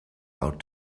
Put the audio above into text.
out